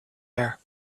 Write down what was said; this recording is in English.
air